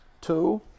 Two